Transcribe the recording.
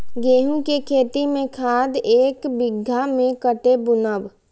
गेंहू के खेती में खाद ऐक बीघा में कते बुनब?